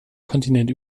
kontinent